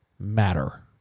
matter